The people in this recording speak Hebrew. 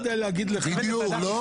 פעם צפונה ופעם